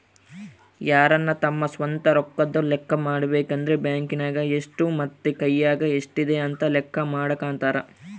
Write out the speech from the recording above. ಯಾರನ ತಮ್ಮ ಸ್ವಂತ ರೊಕ್ಕದ್ದು ಲೆಕ್ಕ ಮಾಡಬೇಕಂದ್ರ ಬ್ಯಾಂಕ್ ನಗ ಎಷ್ಟು ಮತ್ತೆ ಕೈಯಗ ಎಷ್ಟಿದೆ ಅಂತ ಲೆಕ್ಕ ಮಾಡಕಂತರಾ